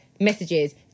messages